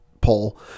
poll